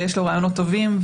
ויש לו רעיונות טובים,